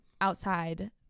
outside